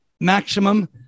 maximum